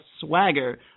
swagger